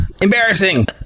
embarrassing